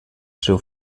seu